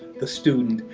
the student,